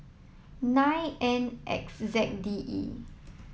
nine N X Z D E